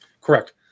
Correct